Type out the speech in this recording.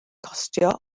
costio